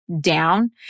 down